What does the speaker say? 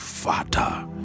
father